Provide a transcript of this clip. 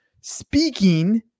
speaking